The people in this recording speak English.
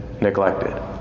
neglected